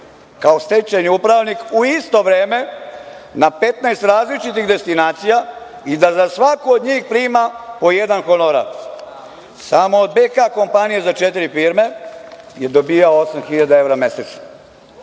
kao stečajni upravnik, u isto vreme na 15 različitih destinacija i da za svaku od njih prima po jedan honorar. Samo od „BK“ kompanije za četiri firme je dobijao osam